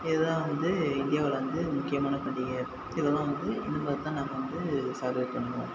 இதெல்லாம் வந்து இந்தியாவில் வந்து முக்கியமான பண்டிகையாக இதெல்லாம் வந்து இதுமாதிரி தான் நாங்கள் வந்து செலப்ரேட் பண்ணுவோம்